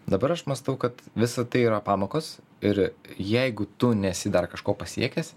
dabar aš mąstau kad visa tai yra pamokos ir jeigu tu nesi dar kažko pasiekęs